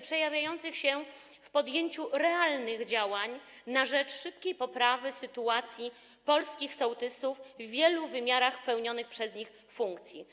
przejawiających się w podjęciu realnych działań na rzecz szybkiej poprawy sytuacji polskich sołtysów w wielu wymiarach pełnionych przez nich funkcji.